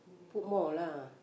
put more lah